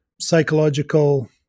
psychological